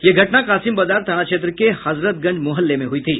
यह घटना कासिम बाजार थाना क्षेत्र के हजरतगंज मुहल्ले में हुई थी